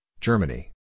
Germany